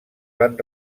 van